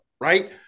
right